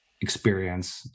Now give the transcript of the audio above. experience